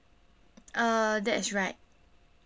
uh that's right